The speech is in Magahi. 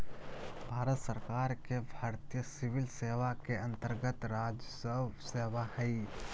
भारत सरकार के भारतीय सिविल सेवा के अन्तर्गत्त राजस्व सेवा हइ